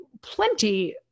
plenty